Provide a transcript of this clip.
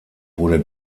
wurde